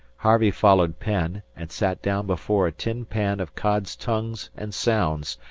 harvey followed penn, and sat down before a tin pan of cod's tongues and sounds,